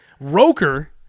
Roker